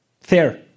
Fair